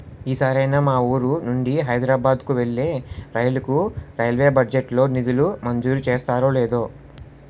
ఈ సారైనా మా వూరు నుండి హైదరబాద్ కు వెళ్ళే రైలుకు రైల్వే బడ్జెట్ లో నిధులు మంజూరు చేస్తారో లేదో